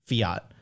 fiat